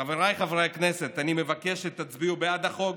חבריי חברי הכנסת, אני מבקש שתצביעו בעד החוק,